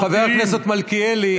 חבר הכנסת מלכיאלי.